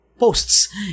Posts